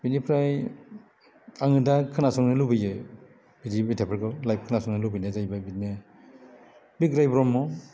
बिनिफ्राय आङो दा खोनासंनो लुबैयो बिदिनो मेथाइफोरखौ लाइभ खोनासंनो लुबैनाया बिदिनो बिग्राय ब्रह्म